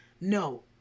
no